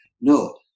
No